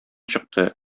чыкты